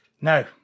No